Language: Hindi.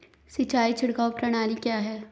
सिंचाई छिड़काव प्रणाली क्या है?